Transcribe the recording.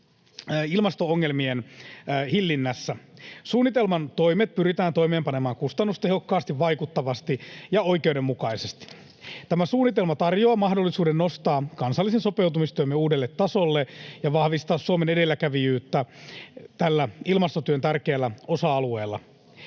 ilmasto-ongelmien hillinnässä. Suunnitelman toimet pyritään toimeenpanemaan kustannustehokkaasti, vaikuttavasti ja oikeudenmukaisesti. Tämä suunnitelma tarjoaa mahdollisuuden nostaa kansallisen sopeutumistyömme uudelle tasolle ja vahvistaa Suomen edelläkävijyyttä tällä ilmastotyön tärkeällä osa-alueella.